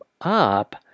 up